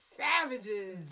savages